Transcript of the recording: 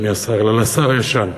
אדוני השר,